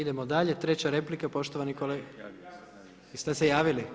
Idemo dalje, treća replika poštovani kolega, jeste se javili?